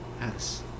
Yes